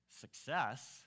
success